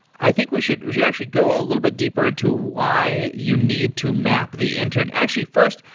i think, we should we should actually go a little bit deeper into why you need to map the internet. actually first,